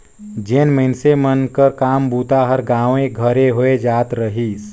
जेन मइनसे मन कर काम बूता हर गाँवे घरे होए जात रहिस